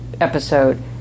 episode